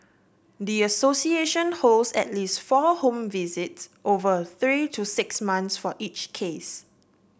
the association holds at least four home visits over three to six months for each case